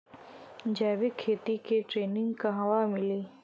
जैविक खेती के ट्रेनिग कहवा मिली?